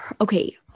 okay